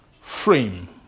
frame